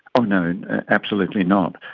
ah no, absolutely not.